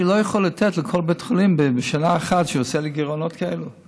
אני לא יכול לתת לכל בית חולים שעושה לי גירעונות כאלה בשנה אחת,